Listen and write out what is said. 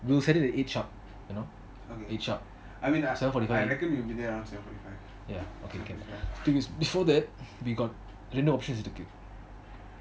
we'll set it at eight sharp you know eight sharp seven forty five the thing is that before that we got reno options